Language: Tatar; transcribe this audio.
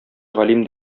галим